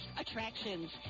Attractions